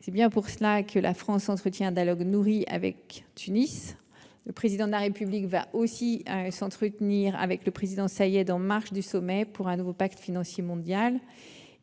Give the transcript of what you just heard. cette optique que la France entretient un dialogue nourri avec Tunis. Le Président de la République va ainsi s'entretenir avec le président Saïed en marge du sommet pour un nouveau pacte financier mondial.